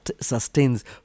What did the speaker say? sustains